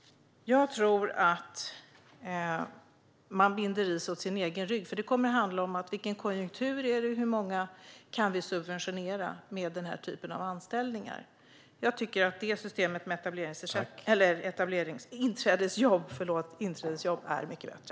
Jag tror att man binder ris åt sin egen rygg, för det kommer att handla om vilken konjunktur som råder när det gäller hur många man kan subventionera med anställningar som dessa. Jag tycker att systemet med inträdesjobb är mycket bättre.